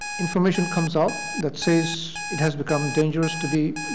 information comes out that says it has become dangerous to be